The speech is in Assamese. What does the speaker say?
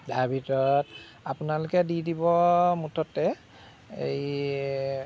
তাৰ ভিতৰত আপোনালোকে দি দিব মুঠতে এই